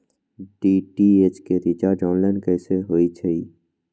DTH के recharge online कैसे होईछई?